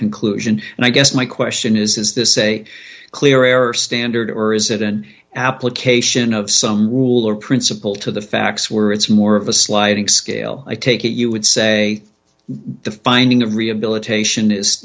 conclusion and i guess my question is is this a clear error standard or is it an application of some rule or principle to the facts where it's more of a sliding scale i take it you would say the finding of rehabilitation is